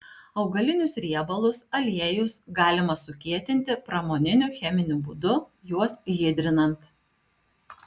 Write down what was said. augalinius riebalus aliejus galima sukietinti pramoniniu cheminiu būdu juos hidrinant